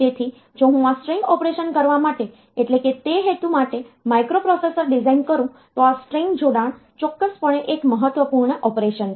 તેથી જો હું આ સ્ટ્રીંગ ઓપરેશન કરવા માટે એટલે કે તે હેતુ માટે માઇક્રોપ્રોસેસર ડિઝાઇન કરું તો આ સ્ટ્રીંગ જોડાણ ચોક્કસપણે એક મહત્વપૂર્ણ ઓપરેશન છે